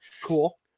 Cool